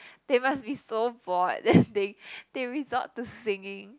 they must be so bored then they they resort to singing